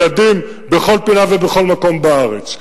ילדים בכל פינה ובכל מקום בארץ.